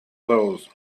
those